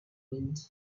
wind